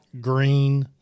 green